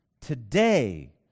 Today